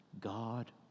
God